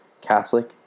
Catholic